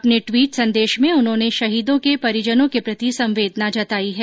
अपने टवीट संदेश में उन्होंने शहीदों के परिजनों के प्रति संवेदना जताई है